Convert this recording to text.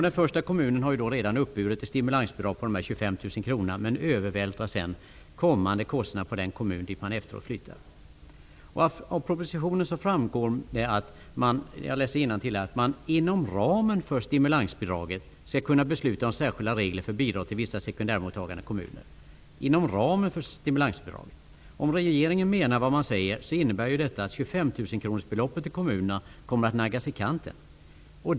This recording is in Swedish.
Den första kommunen har redan uppburit stimulansbidrag med 25 000 kr, men övervältrar sedan kommande kostnader på den kommun dit man efteråt flyttar. Av propositionen framgår att man inom ramen för stimulansbidraget skall kunna besluta om särskilda regler för bidrag till vissa sekundärmottagande kommuner. Det sägs alltså att detta skall ske ''inom ramen för'' stimulansbidraget. Om regeringen menar vad den säger innebär detta att dessa 25 000 kr till kommunerna kommer att naggas i kanten.